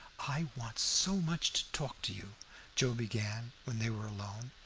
i want so much to talk to you joe began, when they were alone.